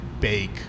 bake –